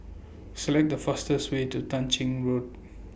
Select The fastest Way to Tah Ching Road